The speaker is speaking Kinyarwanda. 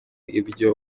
ibyo